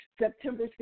September